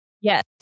Yes